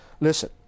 Listen